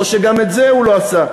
או שגם את זה הוא לא עשה?